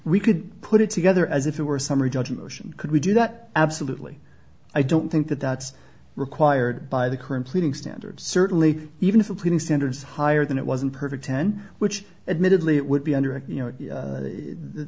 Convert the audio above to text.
we could put it together as if it were a summary judgment could we do that absolutely i don't think that that's required by the current pleading standards certainly even if a pleading standards higher than it wasn't perfect ten which admittedly it would be under you know the